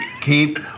keep